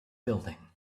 building